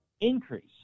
increase